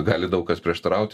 gali daug kas prieštaraut